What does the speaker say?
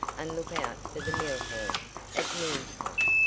and look out for the mill hands, at noon time.